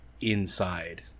inside